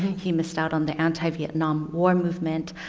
he missed out on the anti vietnam war movement.